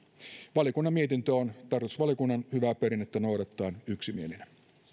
valiokunnan mietintö on tarkastusvaliokunnan hyvää perinnettä noudattaen yksimielinen arvoisa